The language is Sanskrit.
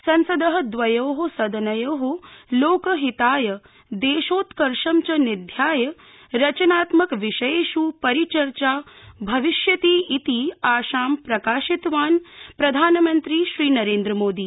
संसदः द्वयोः सदनयोः लोकहिताय देशोत्कर्ष च निध्याय रचनात्मक विषयेष् परिचर्चा भविष्यतीति आशां प्रकाशितवान् प्रधानमंत्री श्रीनरेन्द्रमोदी